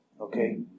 Okay